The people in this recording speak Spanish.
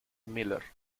miller